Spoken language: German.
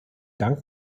dank